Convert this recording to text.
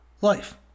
life